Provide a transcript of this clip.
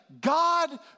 God